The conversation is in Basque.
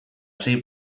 sei